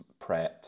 prepped